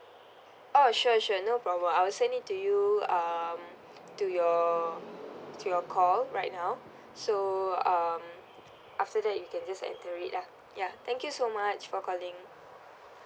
orh sure sure no problem I'll send it to you um to your to your call right now so um after that you can just enter it lah yeah thank you so much for calling